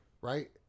Right